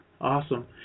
Awesome